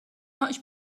much